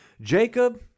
Jacob